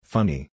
Funny